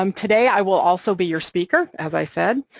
um today i will also be your speaker, as i said.